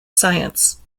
science